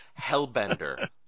Hellbender